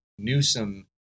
Newsom